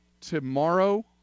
tomorrow